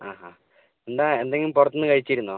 ആ ആ എന്താ എന്തെങ്കിലും പുറത്ത് നിന്ന് കഴിച്ചിരുന്നോ